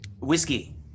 whiskey